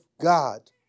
God